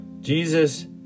Jesus